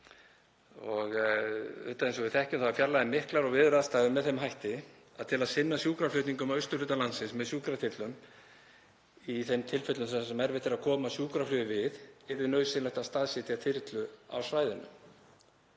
og við þekkjum eru fjarlægðir miklar og veðuraðstæður með þeim hætti að til að sinna sjúkraflutningum á austurhluta landsins með sjúkraþyrlum í þeim tilfellum þar sem erfitt er að koma sjúkraflugi við yrði nauðsynlegt að staðsetja þyrlu á svæðinu.